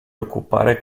occupare